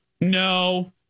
No